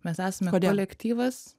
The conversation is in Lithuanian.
mes esame kolektyvas